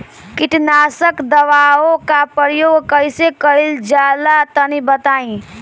कीटनाशक दवाओं का प्रयोग कईसे कइल जा ला तनि बताई?